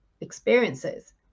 experiences